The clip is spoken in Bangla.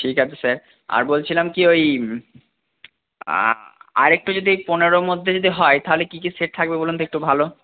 ঠিক আছে স্যার আর বলছিলাম কি ওই আর একটু যদি পনেরোর মধ্যে যদি হয় তাহলে কী কী সেট থাকবে বলুন তো একটু ভালো